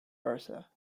versa